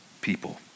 people